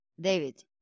David